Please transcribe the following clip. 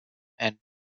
and